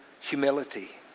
humility